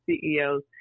CEOs